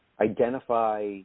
identify